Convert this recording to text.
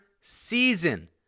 season